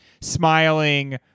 smiling